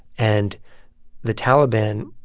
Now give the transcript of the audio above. and the taliban,